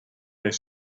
mijn